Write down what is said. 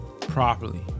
properly